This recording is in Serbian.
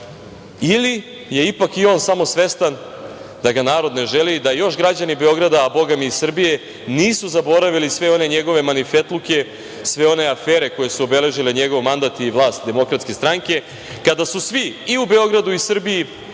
Ili je ipak i on samo svestan da ga narod ne želi i da još građani Beograda, a bogami i Srbije nisu zaboravili sve one njegove marifetluke, sve one afere koje su obeležile njegov mandat i vlast Demokratske stranke, kada su svi i u Beogradu i u Srbiji